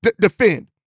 defend